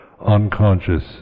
unconscious